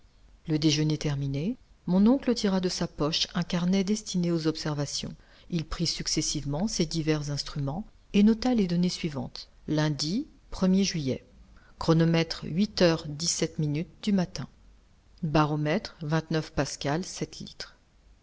le déjeuner terminé mon oncle tira de sa poche un carnet destiné aux observations il prit successivement ses divers instruments et nota les données suivantes lundi er juillet chronomètre h du matin baromètre pas